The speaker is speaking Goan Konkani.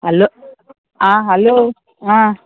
हॅलो आ हलो आ